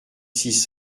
six